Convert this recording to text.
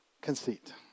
conceit